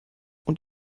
und